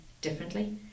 differently